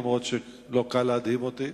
אף-על-פי שלא קל להדהים אותי.